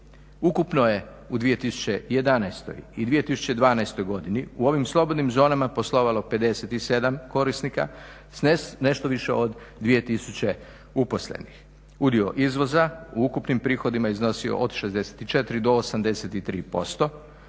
Ukupno je u 2011. i 2012. godini u ovim slobodnim zonama poslovalo 57 korisnika s nešto više od 2000. uposlenih. Udio izvoza u ukupnim prihodima iznosi od 64-83%,